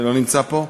שלא נמצא פה,